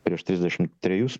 prieš trisdešimt trejus